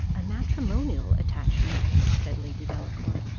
a matrimonial attachment? said lady delacour.